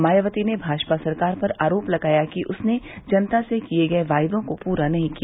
मायावती ने भाजपा सरकार पर आरोप लगाया कि उसने जनता से किये गये वायदों को पूरा नहीं किया